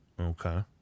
Okay